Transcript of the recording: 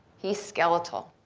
he's skeletal.